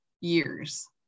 years